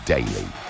Daily